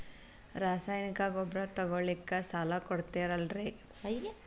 ರಾಸಾಯನಿಕ ಗೊಬ್ಬರ ತಗೊಳ್ಳಿಕ್ಕೆ ಸಾಲ ಕೊಡ್ತೇರಲ್ರೇ?